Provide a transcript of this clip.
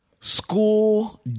school